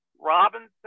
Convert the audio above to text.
Robinson